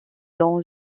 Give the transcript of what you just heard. dans